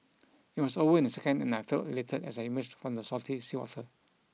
it was over in a second and I felt elated as I emerged from the salty seawater